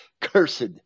cursed